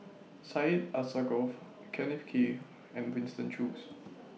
Syed Alsagoff Kenneth Kee and Winston Choos